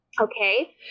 okay